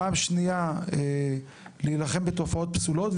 פעם שנייה להילחם בתופעות פסולות,